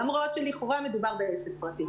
למרות שלכאורה מדובר בעסק פרטי.